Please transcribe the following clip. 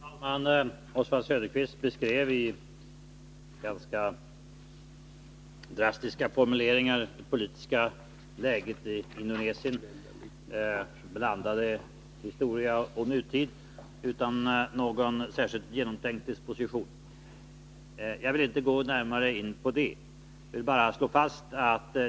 Herr talman! Oswald Söderqvist beskrev i ganska drastiska formuleringar det politiska läget i Indonesien. Han blandade historia och nutid utan någon särskilt genomtänkt disposition. Jag vill inte gå närmare in på det, utan bara slå fast följande.